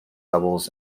levels